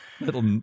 little